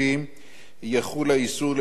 יחול האיסור לנצל תלות זו,